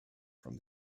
from